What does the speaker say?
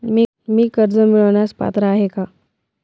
मी कर्ज मिळवण्यास पात्र आहे का?